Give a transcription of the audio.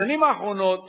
בשנים האחרונות